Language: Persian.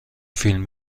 فیلم